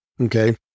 okay